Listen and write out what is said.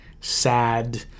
sad